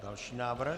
Další návrh.